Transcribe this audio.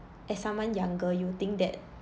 as someone younger you think that